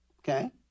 okay